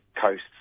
coasts